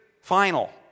final